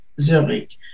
Zurich